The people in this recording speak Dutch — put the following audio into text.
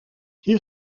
hier